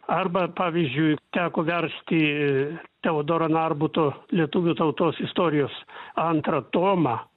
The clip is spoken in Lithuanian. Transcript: arba pavyzdžiui teko versti teodoro narbuto lietuvių tautos istorijos antrą tomą